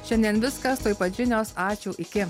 šiandien viskas tuoj pat žinios ačiū iki